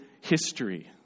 history